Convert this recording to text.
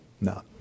No